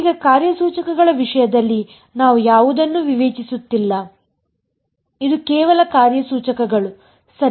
ಈಗ ಕಾರ್ಯಸೂಚಕಗಳ ವಿಷಯದಲ್ಲಿ ನಾವು ಯಾವುದನ್ನೂ ವಿವೇಚಿಸುತ್ತಿಲ್ಲ ಅದು ಕೇವಲ ಕಾರ್ಯಸೂಚಕಗಳು ಸರಿ